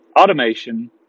automation